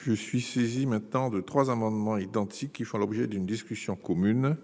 Je suis saisie maintenant de trois amendements identiques qui font l'objet d'une discussion commune